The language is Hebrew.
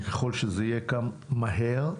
וככל שזה גם יהיה מהר,